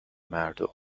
مردم